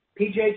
PJ